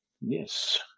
Yes